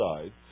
side